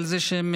על זה שהם